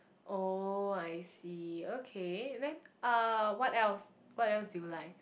oh I see okay then uh what else what else do you like